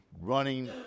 running